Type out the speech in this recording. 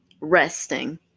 resting